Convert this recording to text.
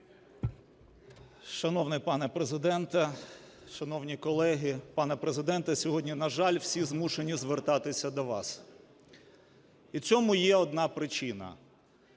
Шановний пане Президенте! Шановні колеги! Пане Президенте, сьогодні, на жаль, всі змушені звертатися до вас. І цьому є одна причина.